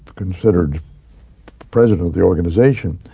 considered president of the organization,